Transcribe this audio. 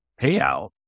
payout